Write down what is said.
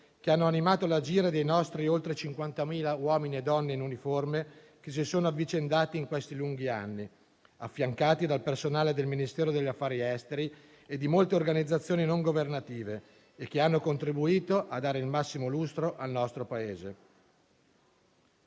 che hanno animato l'agire dei nostri oltre 50.000 uomini e donne in uniforme che si sono avvicendati in questi lunghi anni, affiancati dal personale del Ministero degli affari esteri e di molte organizzazioni non governative, e che hanno contribuito a dare il massimo lustro al nostro Paese.